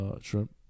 Shrimp